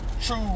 true